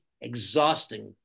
exhausting